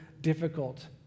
difficult